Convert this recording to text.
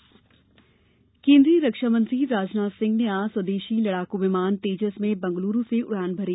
रक्षामंत्री केन्द्रीय रक्षामंत्री राजनाथ सिंह ने आज स्वदेशी लड़ाकू विमान तेजस में बंगलूरू से उड़ान भरी